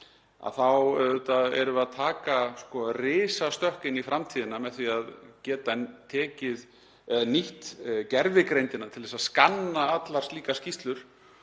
við auðvitað að taka risastökk inn í framtíðina með því að geta nýtt gervigreindina til að skanna allar slíkar skýrslur